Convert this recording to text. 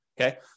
Okay